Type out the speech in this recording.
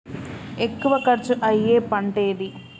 ఎక్కువ ఖర్చు అయ్యే పంటేది?